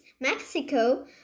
Mexico